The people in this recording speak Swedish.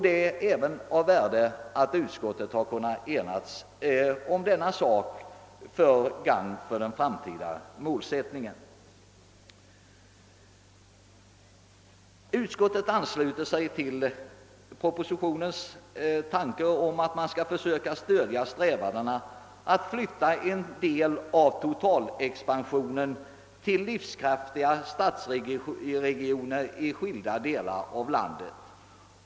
Det är av värde att utskottet kunnat enas härom till gagn för strävandena att i framtiden uppnå den uppställda målsättningen. Utskottet ansluter sig till propositionens tanke att man skall försöka stödja strävandena att flytta en del av totalexpansionen till livskraftiga stadsregioner i skilda delar av landet.